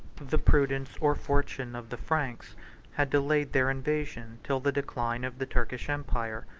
the prudence or fortune of the franks had delayed their invasion till the decline of the turkish empire.